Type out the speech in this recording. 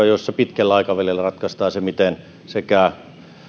joissa pitkällä aikavälillä ratkaistaan se miten sekä